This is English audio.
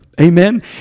Amen